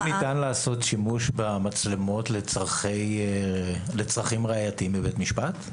האם ניתן לעשות במצלמות שימוש לצרכים ראייתיים בבית משפט?